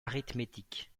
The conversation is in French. arithmétique